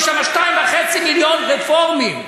יש שם 2.5 מיליון רפורמים,